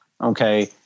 Okay